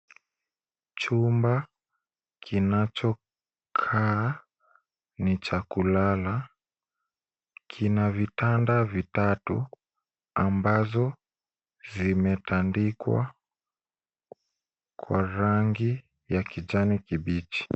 Chumba kinachokaa ni cha kulala, kina vitanda vitatu ambazo vimetandikwa kwa rangi ya kijani kibichi.